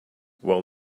well